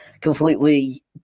completely